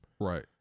Right